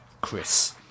Chris